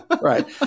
right